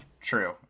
true